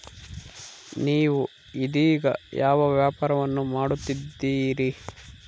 ನೇವು ಇದೇಗ ಯಾವ ವ್ಯಾಪಾರವನ್ನು ಮಾಡುತ್ತಿದ್ದೇರಿ?